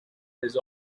his